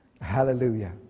hallelujah